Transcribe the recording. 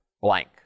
blank